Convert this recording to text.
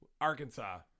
Arkansas